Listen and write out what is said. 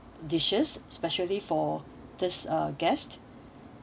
dishes specially for this uh guest